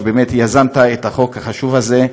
שבאמת יזמת את החוק החשוב הזה,